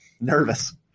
nervous